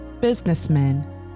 businessmen